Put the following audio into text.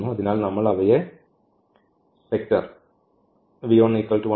അതിനാൽ നമ്മൾ അവയെ വെക്റ്റർ etc